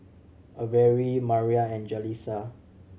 Averie Mariah and Jalissa